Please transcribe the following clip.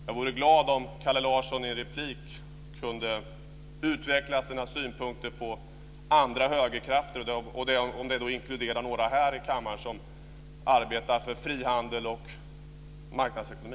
Jag vore glad om Kalle Larson i en replik kunde utveckla sina synpunkter på andra högerkrafter och säga om dessa inkluderar några här i kammaren som arbetar för frihandel och marknadsekonomi.